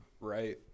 right